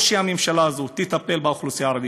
או שהממשלה הזאת תטפל באוכלוסייה הערבית,